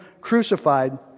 crucified